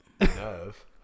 nerve